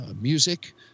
music